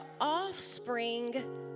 offspring